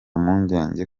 mpungenge